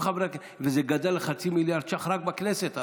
וזה גדל לחצי מיליארד שקל רק בכנסת,